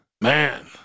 Man